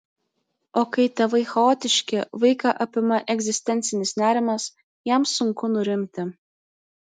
o kai tėvai chaotiški vaiką apima egzistencinis nerimas jam sunku nurimti